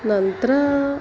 ನಂತರ